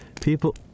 People